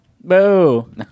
Boo